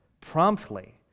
promptly